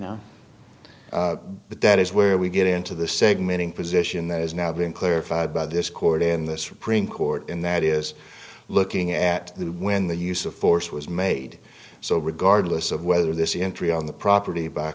know that that is where we get into the segmenting position that has now been clarified by this court in the supreme court and that is looking at the when the use of force was made so regardless of whether this intrude on the property b